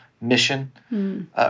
mission